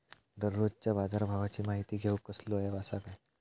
दररोजच्या बाजारभावाची माहिती घेऊक कसलो अँप आसा काय?